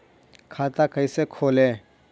खाता कैसे खोले?